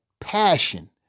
passion